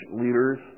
leaders